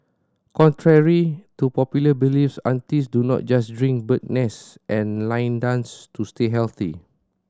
contrary to popular beliefs aunties do not just drink bird's nest and line dance to stay healthy